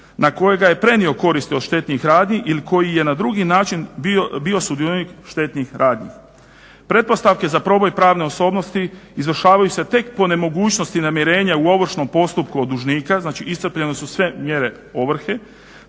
na kojega je prenio koristi od štetnih radnji ili koji je na drugi način bio sudionik štetnih radnji. Pretpostavke za proboj pravne osobnosti izvršavaju se tek po nemogućnosti namirenja u ovršnom postupku od dužnika, znači iscrpljene su sve mjere ovrhe,